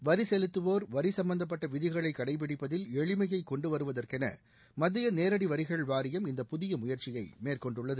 வரி செலுத்துவோர் வரி சம்பந்தப்பட்ட விதிகளை கடைபிடிப்பதில் எளிமையை கொண்டு வருவதற்கென மத்திய நேரடி வரிகள் வாரியம் இந்த புதிய முயற்சியை மேற்கொண்டுள்ளது